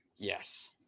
Yes